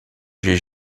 j’ai